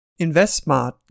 InvestSmart